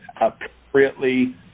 appropriately